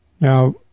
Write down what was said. Now